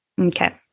Okay